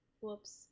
Whoops